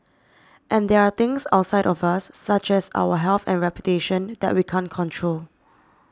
and there are things outside of us such as our health and reputation that we can't control